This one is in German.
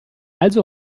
also